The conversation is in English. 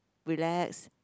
relax